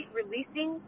releasing